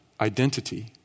identity